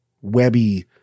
webby